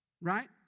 right